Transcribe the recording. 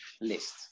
list